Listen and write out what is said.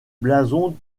blason